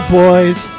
boys